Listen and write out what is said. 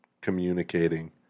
communicating